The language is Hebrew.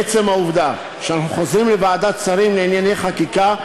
בעצם העובדה שאנחנו חוזרים לוועדת שרים לענייני חקיקה,